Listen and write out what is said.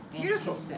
Beautiful